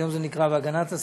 היום זה נקרא "והגנת והסביבה"